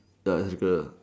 ya lah